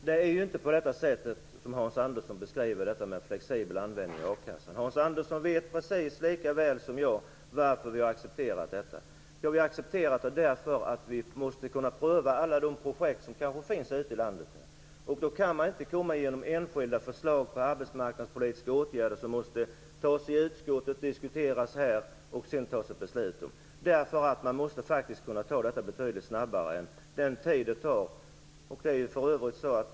Herr talman! Det är inte som Hans Andersson beskriver det i fråga om flexibel användning av akassan. Hans Andersson vet precis lika väl som jag varför vi har accepterat detta. Vi har accepterat det därför att vi måste kunna pröva alla de projekt som kan finnas ute i landet. Då går det inte att komma med enskilda förslag på arbetsmarknadspolitiska åtgärder som måste behandlas i utskottet, diskuteras här i kammaren och sedan fattas beslut om. Man måste kunna hantera detta betydligt snabbare.